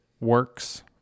works